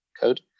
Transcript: code